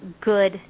good